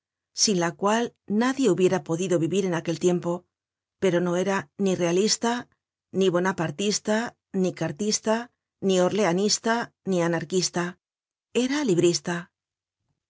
sin la cual nadie hubiera podido vivir en aquel tiempo pero no era ni realista ni bonapartista ni cartista ni orleanista ni anarquista era librista